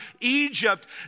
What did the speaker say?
Egypt